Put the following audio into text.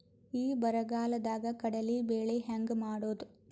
ಈ ಬರಗಾಲದಾಗ ಕಡಲಿ ಬೆಳಿ ಹೆಂಗ ಮಾಡೊದು?